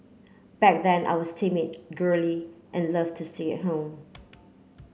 back then I was timid girly and love to say at home